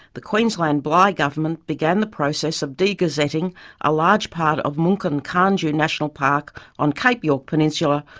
the queensland bligh government began the process of de-gazetting a large part of mungkan kaanju national park on cape york peninsula,